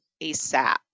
ASAP